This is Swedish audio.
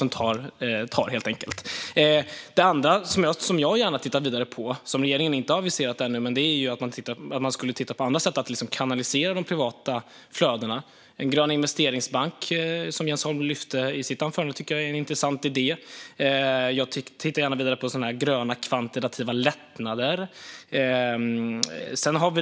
Något som jag gärna tittar vidare på, som regeringen inte har aviserat än, är att titta på andra sätt att kanalisera de privata flödena. Jens Holm lyfte upp förslaget om en grön investeringsbank i sitt anförande. Det tycker jag är en intressant idé. Jag tittar gärna vidare på gröna kvantitativa lättnader.